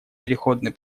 переходный